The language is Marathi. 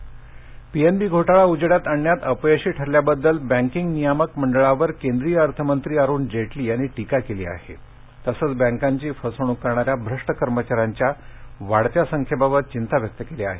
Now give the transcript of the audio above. जेटलीः पीएनबी घोटाळा उजेडात आणण्यात अपयशी ठरल्याबददल बँकिंग नियामक मंडळावर केंद्रीय अर्थमंत्री अरुण जेटली यांनी टीका केली आहे तसंच बँकांची फसवण्क करणाऱ्या श्रष्ट कर्मचाऱ्यांच्या वाढत्या संख्येबाबत चिंता व्यक्त केली आहे